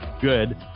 good